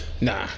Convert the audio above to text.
Nah